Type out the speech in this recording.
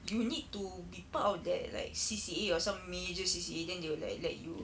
you need to be part of their like C_C_A or some major C_C_A then they will like let you